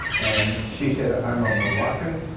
and she said i'm a moroccan.